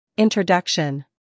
Introduction